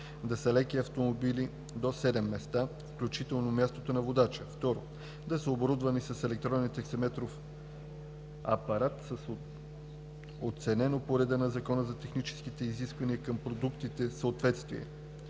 да са леки автомобили до седем места, включително мястото на водача; 2. да са оборудвани с електронен таксиметров апарат с оценено по реда на Закона за техническите изисквания към продуктите съответствие;